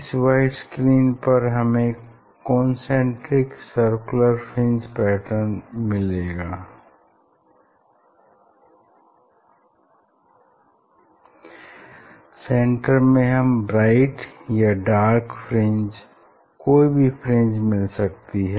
इस white screen पर हमें कॉन्सन्ट्रिक सर्कुलर फ्रिंज पैटर्न मिलेगा सेंटर में हमें ब्राइट या डार्क कोई भी फ्रिंज मिल सकती है